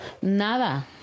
nada